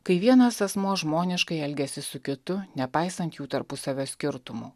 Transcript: kai vienas asmuo žmoniškai elgiasi su kitu nepaisant jų tarpusavio skirtumų